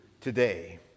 today